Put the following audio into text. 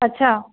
अच्छा